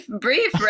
brief